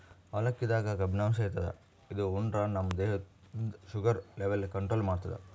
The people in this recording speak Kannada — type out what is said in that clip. ಅವಲಕ್ಕಿದಾಗ್ ಕಬ್ಬಿನಾಂಶ ಇರ್ತದ್ ಇದು ಉಂಡ್ರ ನಮ್ ದೇಹದ್ದ್ ಶುಗರ್ ಲೆವೆಲ್ ಕಂಟ್ರೋಲ್ ಮಾಡ್ತದ್